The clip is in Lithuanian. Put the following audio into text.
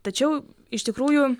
tačiau iš tikrųjų